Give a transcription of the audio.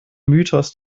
mythos